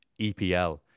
EPL